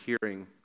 hearing